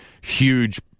huge